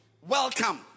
welcome